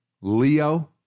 Leo